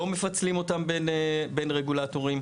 לא מפצלים אותם בין רגולטורים,